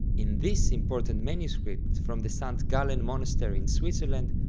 in this important manuscript from the st. gallen monastery in switzerland,